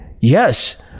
yes